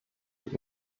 and